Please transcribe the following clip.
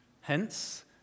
Hence